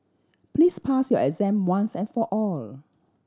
please pass your exam once and for all